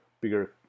bigger